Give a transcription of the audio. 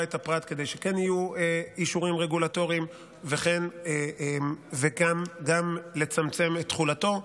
את הפרט כדי שכן יהיו אישורים רגולטוריים וגם לצמצם את תחולתו.